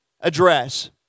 address